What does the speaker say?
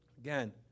Again